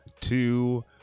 two